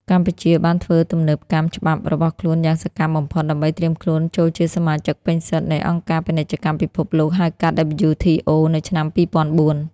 កម្ពុជាបានធ្វើទំនើបកម្មច្បាប់របស់ខ្លួនយ៉ាងសកម្មបំផុត ដើម្បីត្រៀមខ្លួនចូលជាសមាជិកពេញសិទ្ធិនៃអង្គការពាណិជ្ជកម្មពិភពលោក (ហៅកាត់ WTO) នៅឆ្នាំ ២០០៤។